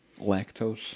lactose